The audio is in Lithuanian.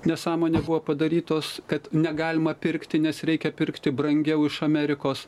nesąmonė buvo padarytos kad negalima pirkti nes reikia pirkti brangiau iš amerikos